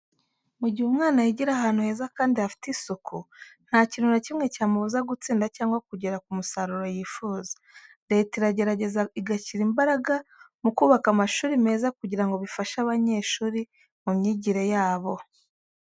Mu gihe umwana yigira ahantu heza kandi hafite asuku, nta kintu na kimwe cyamubuza gutsinda cyangwa kugera ku musaruro yifuza. Leta iragerageza igashyira imbaraga mu kubaka amashuri meza kugira ngo bifashe abanyeshuri mu myigire yabo.